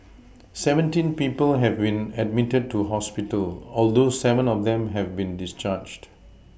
seventeen people have been admitted to hospital although seven of them have been discharged